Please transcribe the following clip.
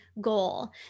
goal